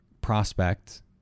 prospect